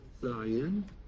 Zion